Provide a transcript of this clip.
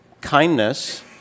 kindness